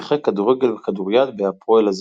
שיחק כדורגל וכדוריד בהפועל אזור.